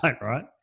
right